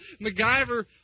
MacGyver